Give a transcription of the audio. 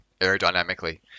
aerodynamically